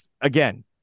again